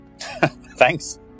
Thanks